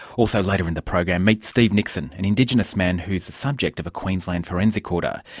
also, later in the program meet steven nixon, an indigenous man who's the subject of a queensland forensic order.